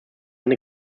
eine